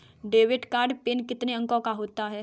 Debit card pin कितने अंकों का होता है?